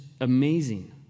amazing